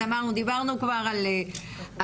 אז דיברנו כבר על הנוהל,